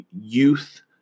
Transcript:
youth